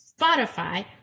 Spotify